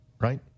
right